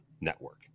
network